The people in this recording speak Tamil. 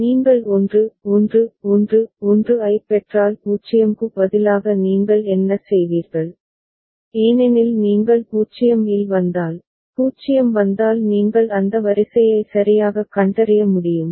நீங்கள் 1 1 1 1 ஐப் பெற்றால் 0 க்கு பதிலாக நீங்கள் என்ன செய்வீர்கள் ஏனெனில் நீங்கள் 0 இல் வந்தால் 0 வந்தால் நீங்கள் அந்த வரிசையை சரியாகக் கண்டறிய முடியும்